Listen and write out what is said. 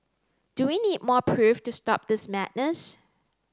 do we need more proof to stop this madness